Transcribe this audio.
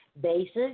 basis